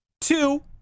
Two